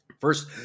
First